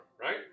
Right